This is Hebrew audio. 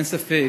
אין ספק